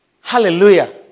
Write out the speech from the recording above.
Hallelujah